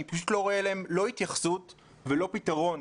החינוך אני פשוט לא רואה התייחסות אליהם ולא פתרון.